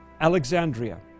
Alexandria